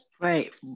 Right